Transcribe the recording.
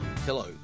Hello